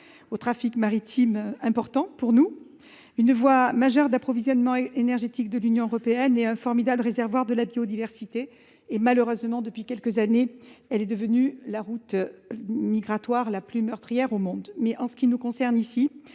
Son trafic maritime est important pour nous. Elle constitue une voie majeure d'approvisionnement énergétique de l'Union européenne et un formidable réservoir de la biodiversité. Malheureusement, depuis quelques années, elle est aussi devenue la route migratoire la plus meurtrière au monde. En ce qui concerne le